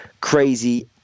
crazy